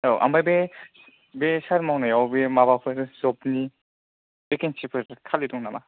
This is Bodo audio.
औ ओमफ्राय बे बे सार मावनायाव बे माबाफोर जबनि भेकेनसिफोर खालि दं नामा